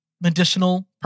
medicinal